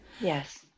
Yes